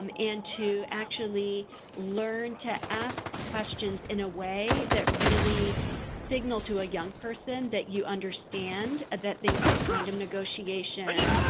um and to actually learn to ask questions in a way that really signal to a young person that you understand that things like condom negotiation,